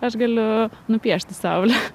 aš galiu nupiešti saulę